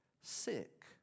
sick